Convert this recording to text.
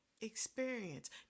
experience